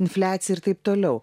infliacija ir taip toliau